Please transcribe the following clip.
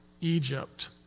Egypt